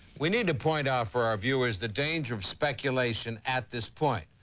we need to point out for our viewers the danger of speculation at this point.